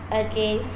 again